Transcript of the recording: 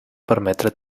permetre